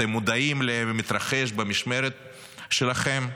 אתם מודעים למתרחש במשמרת שלכם?